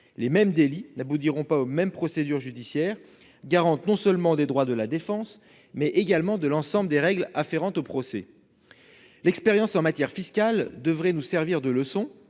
aux mêmes procédures judiciaires. Or les procédures ordinaires sont garantes non seulement des droits de la défense, mais également de l'ensemble des règles afférentes aux procès. L'expérience en matière fiscale devrait nous servir de leçon.